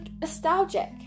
nostalgic